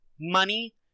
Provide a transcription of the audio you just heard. money